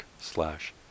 slash